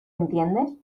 entiendes